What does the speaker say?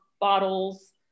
bottles